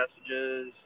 messages